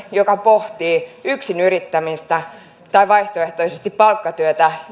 joka pohtii yksinyrittämistä tai vaihtoehtoisesti palkkatyötä